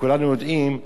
וכולנו יודעים,